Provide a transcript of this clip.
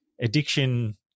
addiction